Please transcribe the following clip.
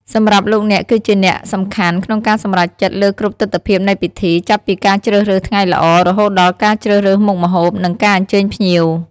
សម្រាប់លោកអ្នកគឺជាអ្នកសំខាន់ក្នុងការសម្រេចចិត្តលើគ្រប់ទិដ្ឋភាពនៃពិធី ចាប់ពីការជ្រើសរើសថ្ងៃល្អ រហូតដល់ការជ្រើសរើសមុខម្ហូប និងការអញ្ជើញភ្ញៀវ។